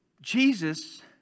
Jesus